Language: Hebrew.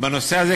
בנושא הזה,